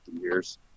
years